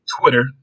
Twitter